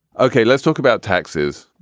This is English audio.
ok. let's talk about taxes.